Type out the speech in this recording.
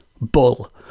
bull